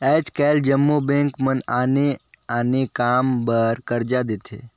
आएज काएल जम्मो बेंक मन आने आने काम बर करजा देथे